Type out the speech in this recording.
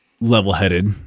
level-headed